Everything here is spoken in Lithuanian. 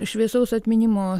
šviesaus atminimo